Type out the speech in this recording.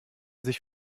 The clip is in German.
sich